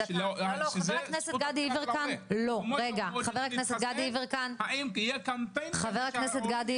האם יהיה קמפיין?